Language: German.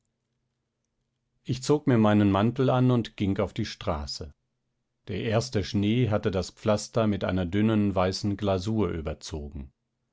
ich zog mir meinen mantel an und ging auf die straße der erste schnee hatte das pflaster mit einer dünnen weißen glasur überzogen